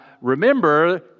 remember